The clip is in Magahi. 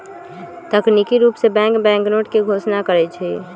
तकनिकी रूप से बैंक बैंकनोट के घोषणा करई छई